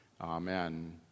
Amen